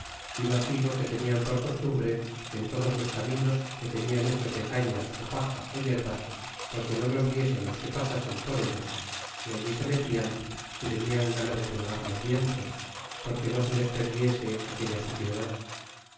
y mas digo que tenian por costumbre que en todos los caminos que tenian hechos de cañas ó paja yerbas porque no los viesen los que pasasen por ellos y allí se metian si tenian gana de purgar los vientres porque no se les perdiese aquella suciedad